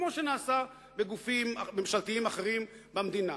כמו שנעשה בגופים ממשלתיים אחרים במדינה.